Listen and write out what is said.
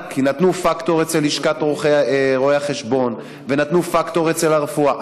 כי נתנו פקטור אצל לשכת רואי החשבון ונתנו פקטור אצל הרפואה.